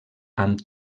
amb